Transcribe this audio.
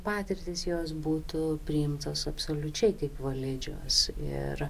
patirtys jos būtų priimtos absoliučiai kaip validžios ir